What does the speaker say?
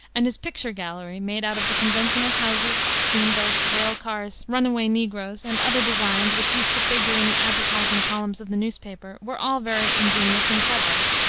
and his picture gallery made out of the conventional houses, steam-boats, rail-cars, runaway negroes and other designs which used to figure in the advertising columns of the newspapers, were all very ingenious and clever.